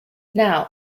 now